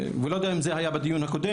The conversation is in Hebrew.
לא יודע אם זה היה בדיון הקודם